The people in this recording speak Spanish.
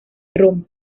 roma